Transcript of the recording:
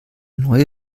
neue